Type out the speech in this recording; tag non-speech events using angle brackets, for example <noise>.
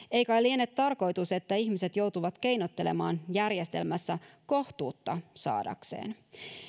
<unintelligible> ei kai liene tarkoitus että ihmiset joutuvat keinottelemaan järjestelmässä kohtuutta saadakseen